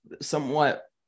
somewhat